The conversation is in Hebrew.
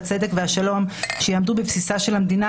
הצדק והשלום שיעמדו בבסיסה של המדינה,